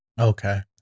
Okay